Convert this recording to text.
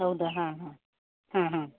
ಹೌದಾ ಹಾಂ ಹಾಂ ಹಾಂ ಹಾಂ